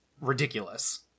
ridiculous